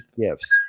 gifts